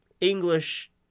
English